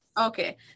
Okay